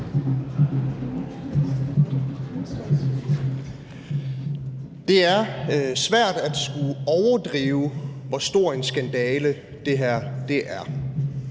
Det er svært at skulle overdrive, hvor stor en skandale det her er.